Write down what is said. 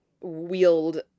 wield